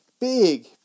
big